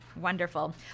wonderful